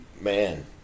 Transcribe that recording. Man